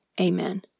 amen